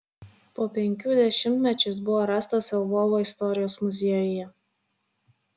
po penkių dešimtmečių jis buvo rastas lvovo istorijos muziejuje